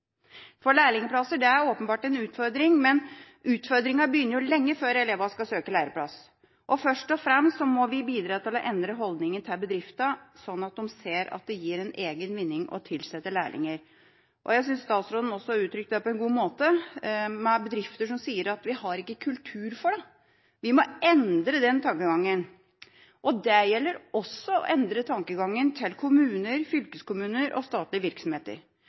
For lærlingplasser er åpenbart en utfordring, men utfordringen begynner lenge før elevene skal søke lærlingplass. Først og fremst må vi bidra til å endre holdningen i bedriftene, slik at de ser at det gir en egen vinning å tilsette lærlinger. Jeg syns statsråden også uttrykte det på en god måte ved å vise til bedrifter som sier at de ikke har kultur for det. Vi må endre den tankegangen. Det gjelder også kommuner, fylkeskommuner og statlige virksomheter.